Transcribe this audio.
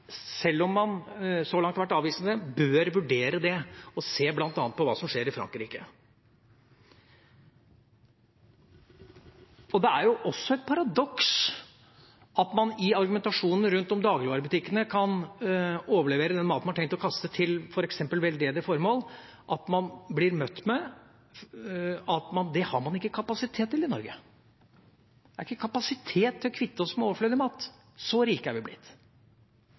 selv om man så langt har vært avvisende, bør vurdere det og bl.a. se på hva som skjer i Frankrike. Det er også et paradoks at man i argumentasjonen rundt dagligvarebutikkene kan overlevere maten man har tenkt å kaste, til f.eks. veldedige formål, blir møtt med at man ikke har kapasitet til det i Norge. Vi har ikke kapasitet til å kvitte oss med overflødig mat – så rike er vi blitt.